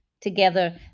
together